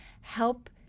help